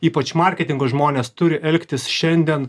ypač marketingo žmonės turi elgtis šiandien